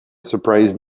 surprise